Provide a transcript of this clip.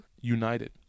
united